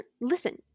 listen